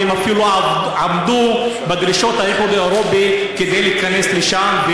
והם אפילו עמדו בדרישות האיחוד האירופי כדי להיכנס לשם,